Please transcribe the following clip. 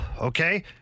okay